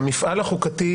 המפעל החוקתי,